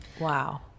Wow